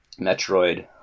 Metroid